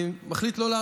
אני אומר לו: